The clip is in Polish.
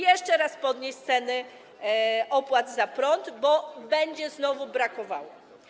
Jeszcze raz podnieść opłaty za prąd, bo będzie znowu brakowało.